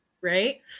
right